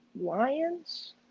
Lions